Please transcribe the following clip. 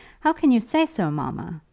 how can you say so, mamma?